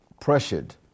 pressured